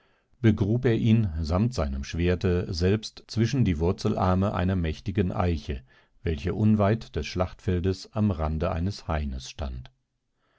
begrub er ihn samt seinem schwerte selbst zwischen die wurzelarme einer mächtigen eiche welche unweit des schlachtfeldes am rande eines haines stand